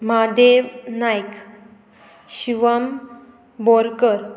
Mahadev Nayak Shivam Borkar